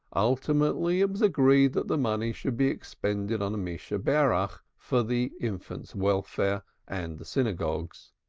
ultimately it was agreed the money should be expended on a missheberach, for the infant's welfare and the synagogue's.